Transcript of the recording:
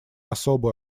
особую